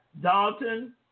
Dalton